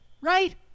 right